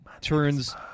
turns